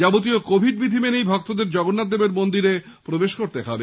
যাবতীয় কোভিড বিধি মেনে ভক্তদের জগন্নাথ দেবের মন্দিরে প্রবেশ করতে হবে